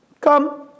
Come